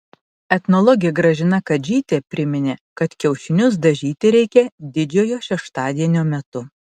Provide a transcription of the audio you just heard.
etnologė gražina kadžytė priminė kad kiaušinius dažyti reikia didžiojo šeštadienio metu